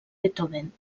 beethoven